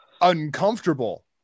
uncomfortable